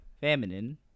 feminine